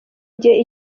igihe